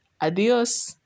Adios